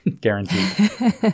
Guaranteed